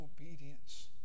obedience